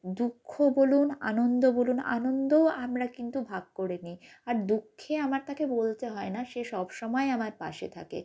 দুঃখ বলুন আনন্দ বলুন আনন্দও আমরা কিন্তু ভাগ করে নিই আর দুঃখে আমার তাকে বলতে হয় না সে সবসময় আমার পাশে থাকে